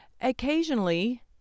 Occasionally